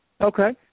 Okay